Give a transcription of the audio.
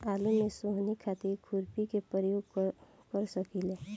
आलू में सोहनी खातिर खुरपी के प्रयोग कर सकीले?